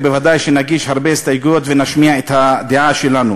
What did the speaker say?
וודאי שנגיש הרבה הסתייגויות ונשמיע את הדעה שלנו,